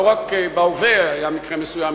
לא רק בהווה היה מקרה מסוים,